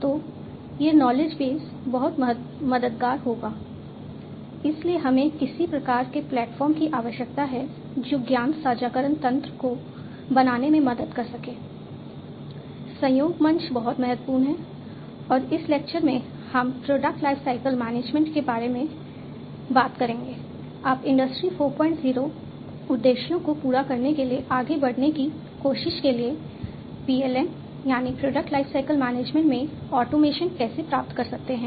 तो यह knowledge base कैसे प्राप्त कर सकते हैं